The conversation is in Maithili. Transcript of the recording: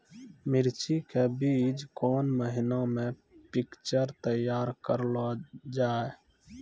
मिर्ची के बीज कौन महीना मे पिक्चर तैयार करऽ लो जा?